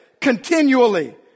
continually